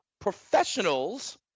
professionals